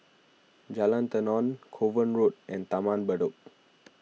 Jalan Tenon Kovan Road and Taman Bedok